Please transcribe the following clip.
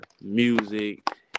music